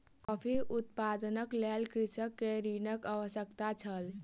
coffee उत्पादनक लेल कृषक के ऋणक आवश्यकता छल